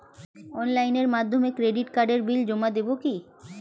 অনলাইনের মাধ্যমে ক্রেডিট কার্ডের বিল জমা দেবো কি?